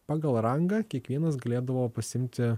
pagal rangą kiekvienas galėdavo pasiimti